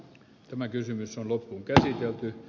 tämä kysymys on loppuunkäsitelty